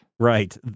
Right